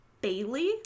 Bailey